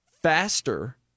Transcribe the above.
Faster